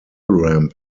ramp